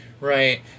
right